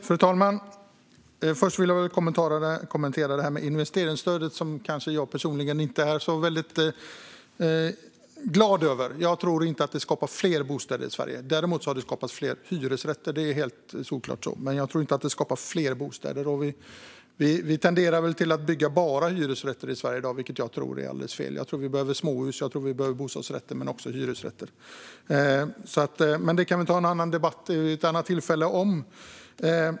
Fru talman! Först vill jag kommentera detta med investeringsstödet, som jag personligen kanske inte är så väldigt glad över. Jag tror inte att det skapar fler bostäder i Sverige. Däremot har det skapat fler hyresrätter - det är solklart. Men jag tror inte att det skapar fler bostäder. Vi tenderar att bygga bara hyresrätter i Sverige i dag, vilket jag tror är alldeles fel. Jag tror att vi behöver småhus och bostadsrätter men också hyresrätter. Men det kan vi ta en annan debatt om, vid ett annat tillfälle.